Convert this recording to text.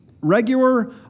regular